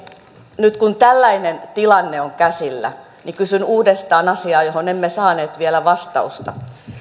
nyt kun tällainen tilanne on käsillä niin kysyn uudestaan asiaa johon emme saaneet vielä vastausta